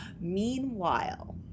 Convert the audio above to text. meanwhile